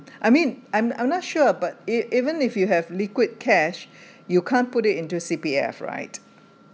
I mean I'm I'm not sure but e~ even if you have liquid cash you can't put it into C_P_F right